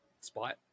spot